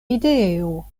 ideo